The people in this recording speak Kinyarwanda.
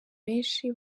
benshi